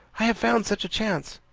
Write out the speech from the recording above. i have found such a chance!